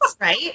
right